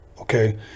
okay